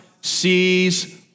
sees